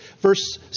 verse